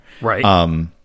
Right